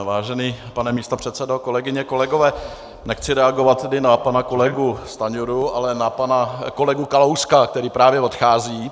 Vážený pane místopředsedo, kolegyně, kolegové, nechci reagovat tedy na pana kolegu Stanjuru, ale na pana kolegu Kalouska, který právě odchází.